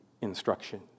instruction